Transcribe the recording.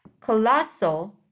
colossal